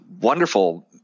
wonderful